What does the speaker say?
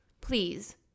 Please